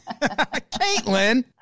Caitlin